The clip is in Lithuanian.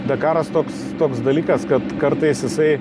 dakaras toks toks dalykas kad kartais jisai